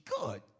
good